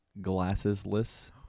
glassesless